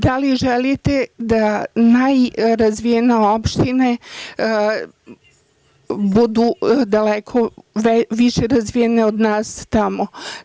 Da li želite da najrazvijenije opštine budu daleko više razvijene od naših?